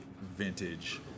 vintage